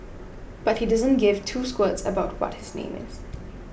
but he doesn't give two squirts about what his name is